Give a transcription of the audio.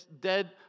dead